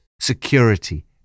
security